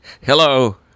Hello